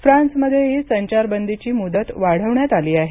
फ्रान्समध्येही संचारबंदीची मुदत वाढवण्यात आली आहे